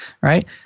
right